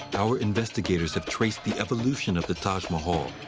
our investigators have traced the evolution of the taj mahal,